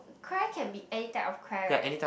cry can be any type of cry right